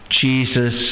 Jesus